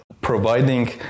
providing